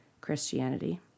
Christianity